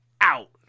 out